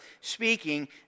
speaking